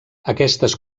aquestes